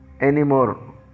anymore